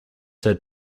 had